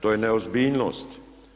To je neozbiljnost.